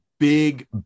big